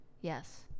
Yes